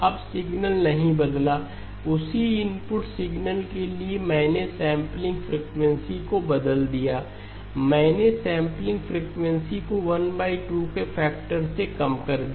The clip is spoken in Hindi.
अब सिग्नल नहीं बदला उसी इनपुट सिग्नल के लिए मैंने सैंपलिंग फ़्रीक्वेंसी को बदल दिया मैंने सैंपलिंग फ़्रीक्वेंसी को 12 के फैक्टर से कम कर दिया